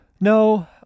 No